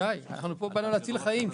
שי, באנו לפה להציל חיים.